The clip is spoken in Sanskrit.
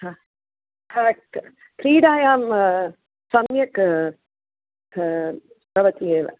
करक्ट् क्रीडायां सम्यक् भवति एव